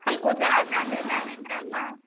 हमको ज़्यादा लेना है ना अम्मा